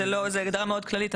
זה לא, זה הגדרה מאוד כללית.